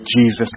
Jesus